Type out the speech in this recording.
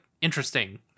interesting